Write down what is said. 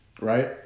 right